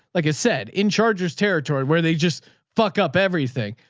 like i said, in chargers territory where they just fuck up everything.